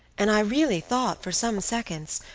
and i really thought, for some seconds,